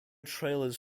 trailers